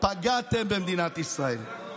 פגעתם במדינת ישראל.